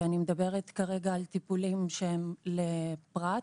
אני מדברת כרגע על טיפולים שהם לפרט,